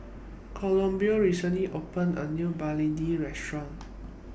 Columbia recently opened A New Begedil Restaurant